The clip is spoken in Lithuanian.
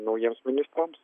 naujiems ministrams